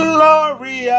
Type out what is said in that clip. Glory